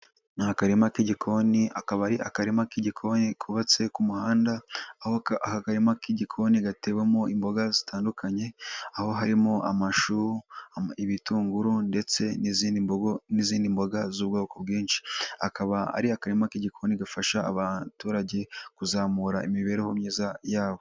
Ni akarima k'igikoni akaba ari akarima k'igikoni kubabatse ku muhanda aho aka karima k'igikoni gatebamo imboga zitandukanye aho harimo amashu, ibitunguru ndetse n'izindi mboga n'izindi mboga z'ubwoko bwinshi, akaba ari akarima k'igikoni gafasha abaturage kuzamura imibereho myiza yabo.